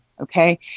okay